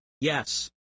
Yes